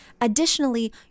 additionally